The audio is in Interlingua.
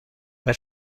per